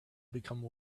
become